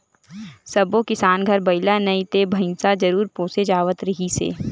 सब्बो किसान घर बइला नइ ते भइसा जरूर पोसे जावत रिहिस हे